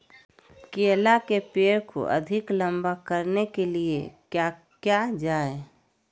केला के पेड़ को अधिक लंबा करने के लिए किया किया जाए?